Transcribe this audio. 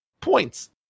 Points